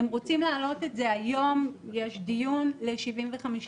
יש היום דיון, הם רוצים להעלות את זה ל-75%.